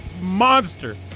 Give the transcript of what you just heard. monster